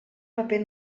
paper